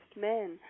men